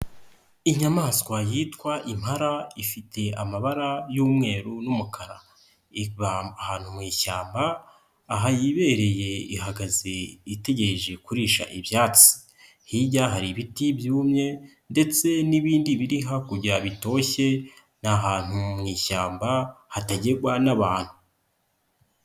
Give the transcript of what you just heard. Inyamaswa yitwa Impara ifite amabara y'umweru n'umukara. Iba ahantu mu ishyamba. Aha yibereye ihagaze itegereje kurisha ibyatsi. Hirya hari ibiti byumye ndetse n'ibindi biri hakurya bitoshye, ni ahantu mu ishyamba hatagerwa n'abantu.